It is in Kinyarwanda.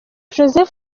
joseph